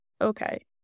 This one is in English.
Okay